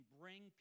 bring